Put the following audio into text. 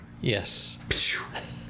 Yes